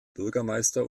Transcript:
bürgermeister